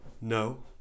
No